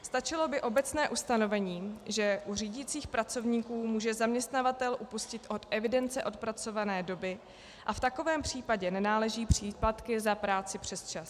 Stačilo by obecné ustanovení, že u řídících pracovníků může zaměstnavatel upustit od evidence odpracované doby a v takovém případě nenáleží příplatky za práci přes čas.